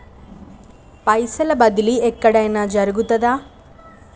పైసల బదిలీ ఎక్కడయిన జరుగుతదా?